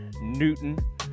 Newton